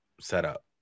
setup